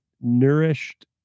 nourished